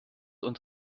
und